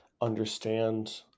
understand